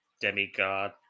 demigod